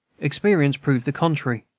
experience proved the contrary.